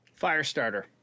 Firestarter